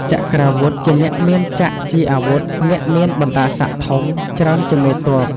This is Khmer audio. ចក្រាវុធ ជាអ្នកមានចក្រជាអាវុធ អ្នកមានបណ្តាស័ក្តិធំ ច្រើនជាមេទ័ព ។